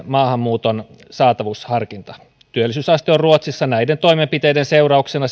maahanmuuton saatavuusharkinta työllisyysaste on ruotsissa näiden toimenpiteiden seurauksena